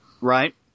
right